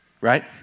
right